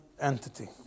entity